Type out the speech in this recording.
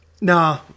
Nah